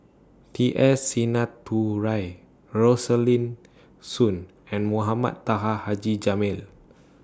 T S Sinnathuray Rosaline Soon and Mohamed Taha Haji Jamil